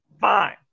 fine